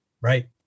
Right